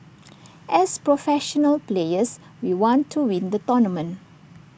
as professional players we want to win the tournament